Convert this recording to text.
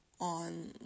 on